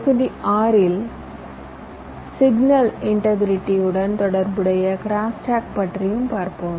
தொகுதி ஆறில் சிக்னல் இண்டெ கிரிட்டியுடன் தொடர்புடைய கிராஸ் டாக் பற்றியும் பார்ப்போம்